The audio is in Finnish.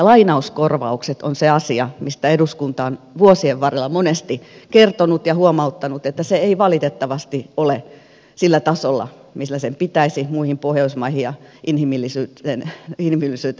lainauskorvaukset ovat se asia mistä eduskunta on vuosien varrella monesti kertonut ja huomauttanut että se ei valitettavasti ole sillä tasolla millä sen pitäisi olla muihin pohjoismaihin ja inhimillisyyteen nähden